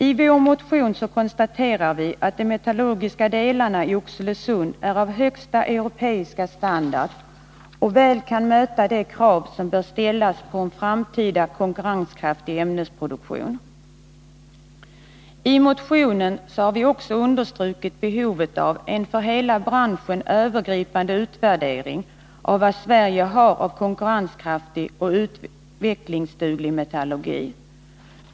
I motionen konstaterar vi att de metallurgiska delarna i Oxelösund är av högsta europeiska standard och väl kan möta de krav som bör ställas på en framtida konkurrenskraftig ämnesproduktion. I motionen har vi också understrukit behovet av en för hela branschen övergripande utvärdering av vad Sverige har av konkurrenskraftig och utvecklingsduglig metallurgi.